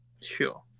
Sure